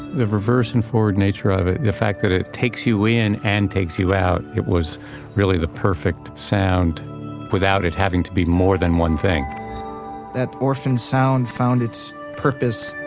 the reverse and forward nature of it, the fact that it takes you in and takes you out. it was really the perfect sound without it having to be more than one thing that orphan sound found its purpose.